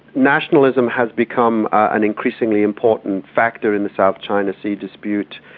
nationalism has become an increasingly important factor in the south china sea dispute.